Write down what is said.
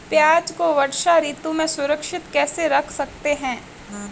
प्याज़ को वर्षा ऋतु में सुरक्षित कैसे रख सकते हैं?